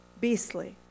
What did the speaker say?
beastly